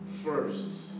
first